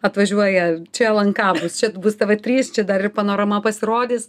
atvažiuoja čia lnk bus čia bus tv trys čia dar ir panorama pasirodys